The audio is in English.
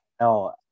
no